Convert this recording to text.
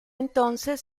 entonces